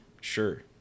Sure